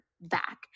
back